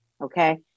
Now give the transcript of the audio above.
Okay